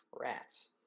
rats